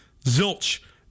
Zilch